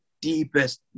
deepest